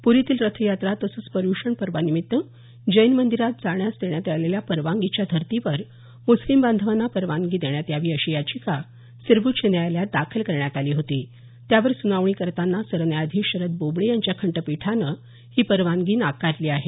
प्रीतील रथयात्रा तसंच पर्य्षण पर्वानिमित्त जैन मंदीरात जाण्यास देण्यात आलेल्या परवानगीच्या धर्तीवर मुस्लीम बांधवांना परवानगी देण्यात यावी अशा याचिका सर्वोच्च न्यायालयात दाखल करण्यात आली होती त्यावर सुनावणी करतांना सरन्यायाधीश शरद बोबडे यांच्या खंडपीठानं ही परवानगी नाकारली आहे